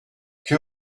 que